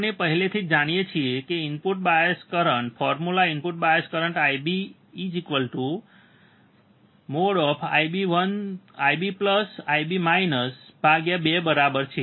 આપણે પહેલાથી જ જાણીએ છીએ કે input bias current formula input bias current IB|IBIB |2 બરાબર છે